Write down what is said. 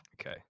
Okay